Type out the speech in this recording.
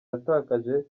yatakaje